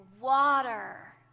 water